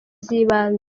z’ibanze